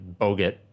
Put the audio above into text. Bogut